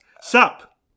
Sup